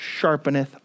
sharpeneth